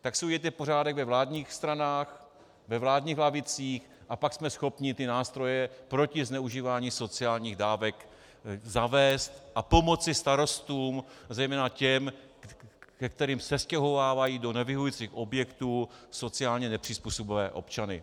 Tak si udělejte pořádek ve vládních stranách, ve vládních lavicích, a pak jsme schopni ty nástroje proti zneužívání sociálních dávek zavést a pomoci starostům a zejména těm, ke kterým sestěhovávají do nevyhovujících objektů sociálně nepřizpůsobivé občany.